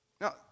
Now